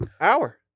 Hour